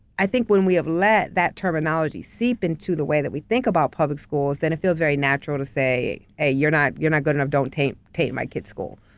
i think when we have let that terminology seep into the way that we think about public schools, then it feels very natural to say, hey, you're not you're not good enough. don't taint taint my kid's school.